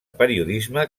periodisme